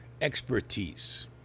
expertise